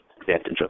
advantage